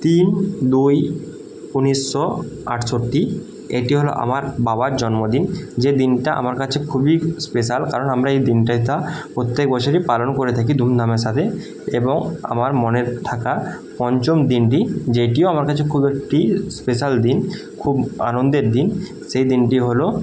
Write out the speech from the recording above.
তিন দুই উনিশশো আটষট্টি এটি হল আমার বাবার জন্মদিন যে দিনটা আমার কাছে খুবই স্পেশাল কারণ আমরা এই দিনটা প্রত্যেক বছরই পালন করে থাকি ধুমধামের সাথে এবং আমার মনে থাকা পঞ্চম দিনটি যেইটিও আমার কাছে খুব একটি স্পেশাল দিন খুব আনন্দের দিন সেই দিনটি হল